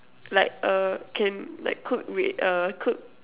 like uh can like cook with uh cook